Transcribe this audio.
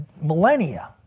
millennia